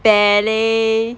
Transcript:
ballet